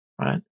right